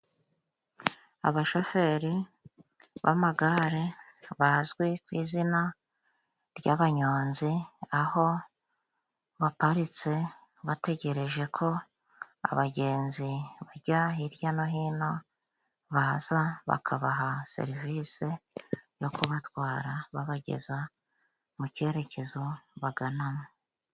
Abashoferi b'amagare bazwi ku izina ryabanyonzi, aho baparitse bategereje ko abagenzi bajya hirya no hino baza bakabaha serivisi yo kubatwara, babageza mu cyerekezo baganamo.